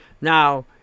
Now